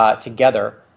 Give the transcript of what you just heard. Together